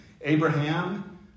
Abraham